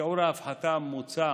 שיעור ההפחתה המוצע